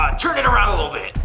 ah turn it around a little bit,